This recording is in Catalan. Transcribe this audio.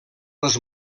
les